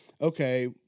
okay